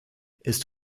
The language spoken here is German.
ist